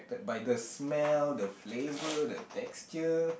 by the smell the flavour the texture